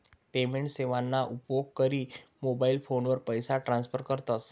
payment सेवाना उपेग करी मोबाईल फोनवरी पैसा ट्रान्स्फर करतस